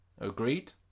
Agreed